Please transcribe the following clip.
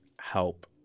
help